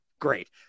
great